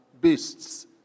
beasts